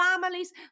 families